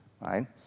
right